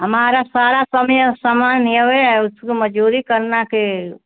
हमारा सारा समय और समान हिवोए है उसके मजूरी करना के